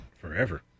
Forever